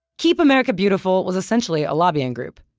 keep america beautiful was essentially a lobbying group.